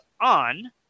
on